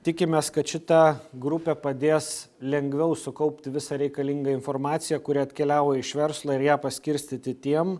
tikimės kad šita grupė padės lengviau sukaupti visą reikalingą informaciją kuri atkeliavo iš verslo ir ją paskirstyti tiem